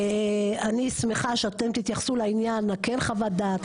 אני אשמח שאתם תתייחסו לעניין הכן חוות דעת,